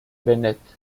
bennett